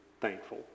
thankful